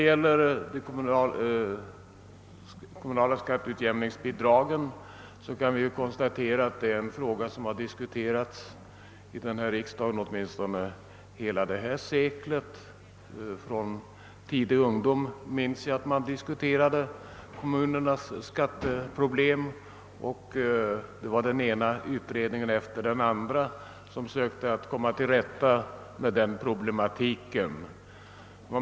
De kommunala <skatteutjämningsbidragen är en fråga som har debatteras här i riksdagen åtminstone hela detta sekel. Från tidig ungdom minns jag att man diskuterade kommunernas <skatteproblem. Den ena utredningen efter den andra försökte komma till rätta med den problematiken.